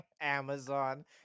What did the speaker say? Amazon